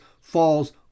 falls